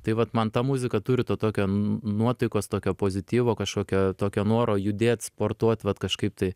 tai vat man ta muzika turi to tokio n nuotaikos tokio pozityvo kažkokio tokio noro judėt sportuot vat kažkaip tai